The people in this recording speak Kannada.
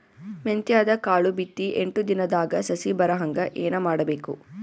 ಮೆಂತ್ಯದ ಕಾಳು ಬಿತ್ತಿ ಎಂಟು ದಿನದಾಗ ಸಸಿ ಬರಹಂಗ ಏನ ಮಾಡಬೇಕು?